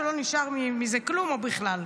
לא נשאר מזה כלום בכלל.